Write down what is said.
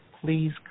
please